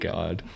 God